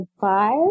five